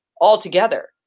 altogether